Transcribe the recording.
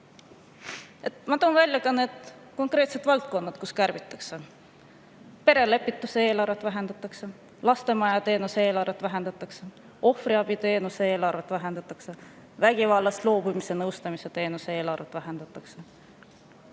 Ma toon välja konkreetsed valdkonnad, kus kärbitakse: perelepituse eelarvet vähendatakse, lastemaja teenuse eelarvet vähendatakse, ohvriabiteenuse eelarvet vähendatakse, vägivallast loobumise nõustamise teenuse eelarvet vähendatakse.